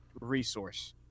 resource